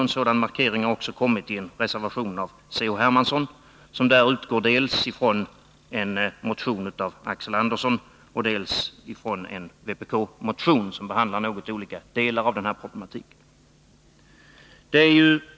En sådan markering har också kommit i en reservation av C.-H. Hermansson. Han utgår från två motioner som behandlar något olika delar av denna problematik, dels en motion av Axel Andersson m.fl., dels en vpk-motion.